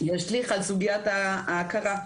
ישליך על סוגיית ההכרה.